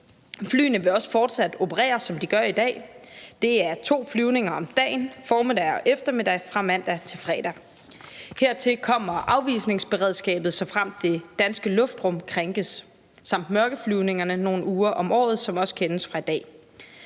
Flyene vil også fortsat operere, som de gør i dag. Det er to flyvninger om dagen, formiddag og eftermiddag, fra mandag til fredag. Hertil kommer afvisningsberedskabet, såfremt det danske luftrum krænkes, samt mørkeflyvningerne nogle uger om året, som også kendes fra i dag.